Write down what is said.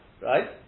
right